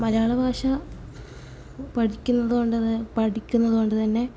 മലയാള ഭാഷ പഠിക്കുന്നത് കൊണ്ടുതന്നെ പഠിക്കുന്നത് കൊണ്ട് തന്നെ